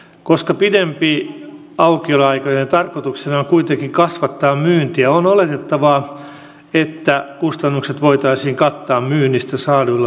koska pidempien aukioloaikojen tarkoituksena on kuitenkin kasvattaa myyntiä on oletettavaa että kustannukset voitaisiin kattaa myynnistä saaduilla lisätuloilla